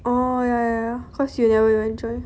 oh ya ya cause you never even join